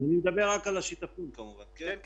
אני מדבר רק על השיטפון כמובן.